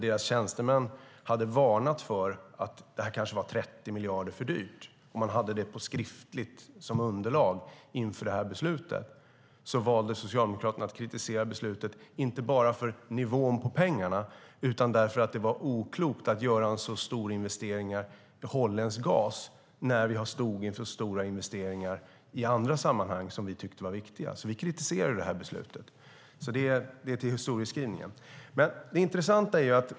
Deras tjänstemän hade varnat för att det kanske var 30 miljarder för dyrt, och det fanns som skriftligt underlag inför beslutet. Socialdemokraterna valde att kritisera beslutet, inte bara för nivån på priset utan därför att det var oklokt att göra en så stor investering i holländsk gas när vi stod inför andra stora investeringar som vi tyckte var viktigare. Det hör till historieskrivningen.